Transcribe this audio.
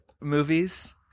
movies